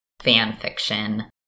Fanfiction